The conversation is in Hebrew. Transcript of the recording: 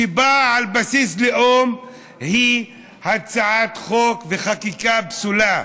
שבאה על בסיס לאום, היא הצעת חוק וחקיקה פסולה.